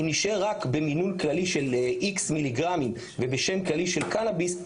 אם נישאר רק במימון כללי של איקס מיליגרם ובשם כללי של קנביס,